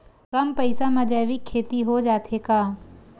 कम पईसा मा जैविक खेती हो जाथे का?